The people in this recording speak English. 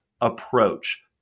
approach